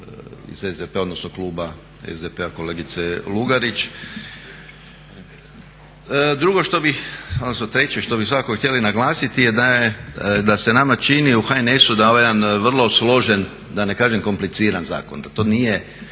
iz SDP-a odnosno kluba SDP-a i kolegice Lugarić. Drugo što bih, odnosno treće što bi svakako htjeli naglasiti je da se nama čini u HNS-u da je ovo jedan vrlo složen da ne kažem kompliciran zakon. To nije